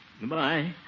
Goodbye